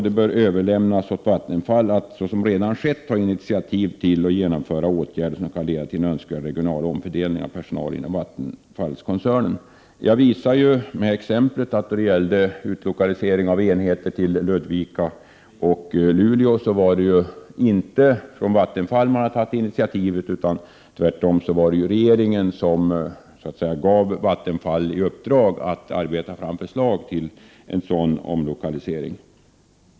Det bör överlämnas åt Vattenfall — såsom redan skett — att ta initiativ till och genomföra åtgärder som kan leda till en önskvärd regional omfördelning av personal inom Vattenfallskoncernen. Genom exemplet med utlokaliseringen av enheter till Ludvika och Luleå visade jag att det inte var Vattenfall som tagit initiativet, utan det var tvärtom regeringen som gav Vattenfall i uppdrag att arbeta fram förslag till en sådan omlokalisering.